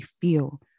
feel